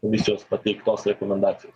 komisijos pateiktos rekomendacijos